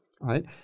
Right